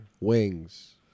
Wings